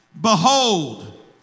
behold